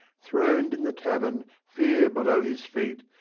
throned in the tavern, fear below his feet.